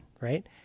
right